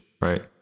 right